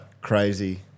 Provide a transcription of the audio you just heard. crazy